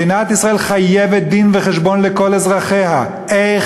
מדינת ישראל חייבת דין-וחשבון לכל אזרחיה איך